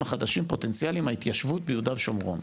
החדשים פוטנציאלים בהתיישבות ביהודה ושומרון.